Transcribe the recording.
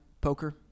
poker